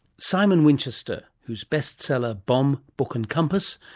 simon winchester, whose bestseller, bomb book and compass,